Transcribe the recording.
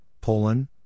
Poland